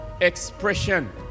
expression